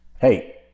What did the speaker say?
Hey